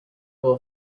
will